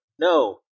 no